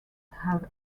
have